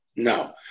No